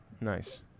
nice